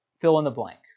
fill-in-the-blank